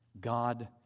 God